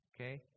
okay